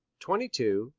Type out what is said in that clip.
twenty two,